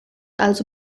also